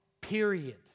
Period